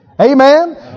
Amen